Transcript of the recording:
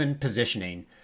positioning